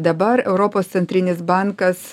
dabar europos centrinis bankas